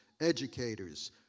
educators